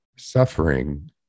Suffering